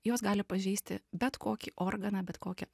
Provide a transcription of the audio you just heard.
jos gali pažeisti bet kokį organą bet kokią